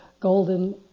golden